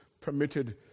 permitted